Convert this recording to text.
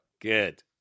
Good